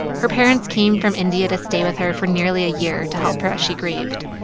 her parents came from india to stay with her for nearly a year to help her as she grieved.